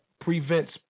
prevents